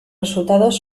resultados